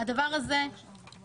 הדבר הזה נחסך.